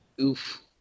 oof